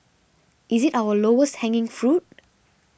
is it our lowest hanging fruit